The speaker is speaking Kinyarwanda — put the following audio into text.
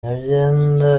nyabyenda